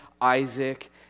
Isaac